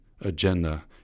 agenda